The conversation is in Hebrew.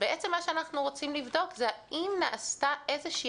מה שאנחנו רוצים לבדוק זה האם נעשתה איזושהי